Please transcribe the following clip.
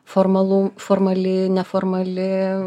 formalu formali neformali